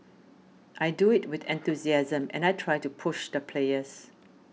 I do it with enthusiasm and I try to push the players